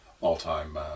all-time